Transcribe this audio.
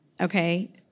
Okay